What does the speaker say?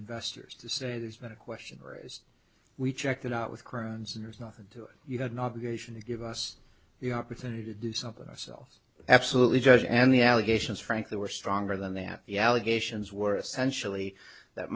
investors to say there's been a question raised we checked it out with currents and there's nothing to it you had an obligation to give us the opportunity to do something ourselves absolutely judge and the allegations frankly were stronger than that the allegations were essentially that